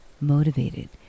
motivated